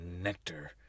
nectar